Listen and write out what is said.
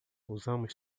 usamos